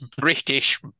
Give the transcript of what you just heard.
British